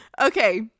Okay